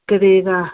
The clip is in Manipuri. ꯀꯔꯤꯔꯥ